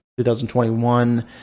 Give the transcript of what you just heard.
2021